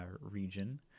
region